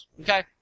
Okay